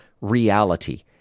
reality